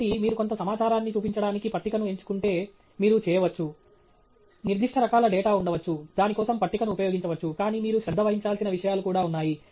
కాబట్టి మీరు కొంత సమాచారాన్ని చూపించడానికి పట్టికను ఎంచుకుంటే మీరు చేయవచ్చు నిర్దిష్ట రకాల డేటా ఉండవచ్చు దాని కోసం పట్టికను ఉపయోగించవచ్చు కానీ మీరు శ్రద్ధ వహించాల్సిన విషయాలు కూడా ఉన్నాయి